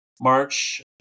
March